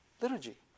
liturgy